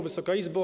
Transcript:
Wysoka Izbo!